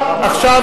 פלסנר,